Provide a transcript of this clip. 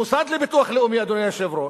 המוסד לביטוח לאומי, אדוני היושב-ראש,